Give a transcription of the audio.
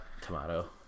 Tomato